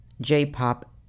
J-pop